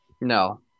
No